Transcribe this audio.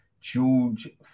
George